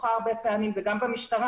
כרוכה הרבה פעמים זה גם במשטרה,